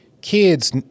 kids